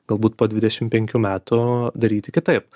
galbūt po dvidešim penkių metų daryti kitaip